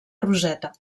roseta